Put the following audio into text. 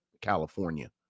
California